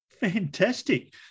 Fantastic